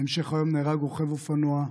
בהמשך היום נהרג רוכב אופנוע,